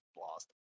lost